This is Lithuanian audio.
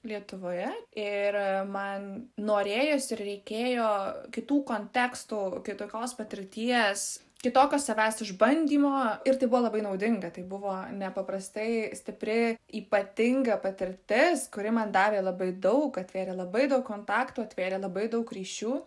lietuvoje ir man norėjosi ir reikėjo kitų kontekstų kitokios patirties kitokio savęs išbandymo ir tai buvo labai naudinga tai buvo nepaprastai stipri ypatinga patirtis kuri man davė labai daug atvėrė labai daug kontaktų atvėrė labai daug ryšių